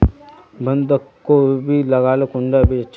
बंधाकोबी लगाले कुंडा बीज अच्छा?